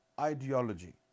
ideology